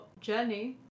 journey